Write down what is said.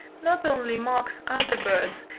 not only mocks other birds,